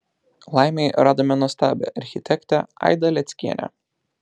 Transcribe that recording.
laimei radome nuostabią architektę aidą leckienę